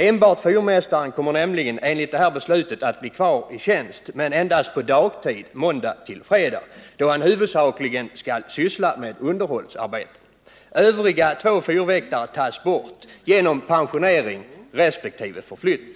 Enbart fyrmästaren kommer nämligen enligt det här beslutet att bli kvar i tjänst, men endast på dagtid måndag till fredag, då han huvudsakligen skall syssla med underhållsarbeten. Övriga två fyrväktare tas bort, genom pensionering resp. förflyttning.